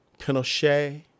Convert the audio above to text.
Pinochet